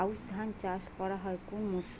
আউশ ধান চাষ করা হয় কোন মরশুমে?